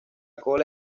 cola